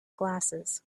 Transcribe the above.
glasses